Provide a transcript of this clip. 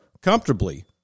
comfortably